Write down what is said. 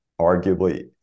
arguably